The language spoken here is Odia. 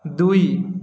ଦୁଇ